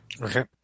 Okay